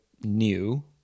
new